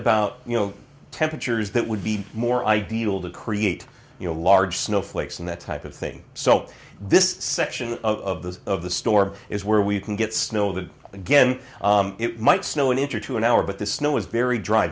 about you know temperatures that would be more ideal to create you know large snowflakes and that type of thing so this section of the of the storm is where we can get snow that again it might snow into two an hour but the snow is very dry